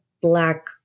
black